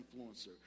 influencer